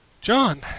John